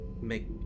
make